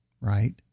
right